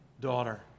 daughter